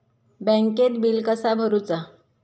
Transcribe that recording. बँकेत बिल कसा भरुचा?